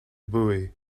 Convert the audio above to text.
buoy